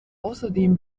außerdem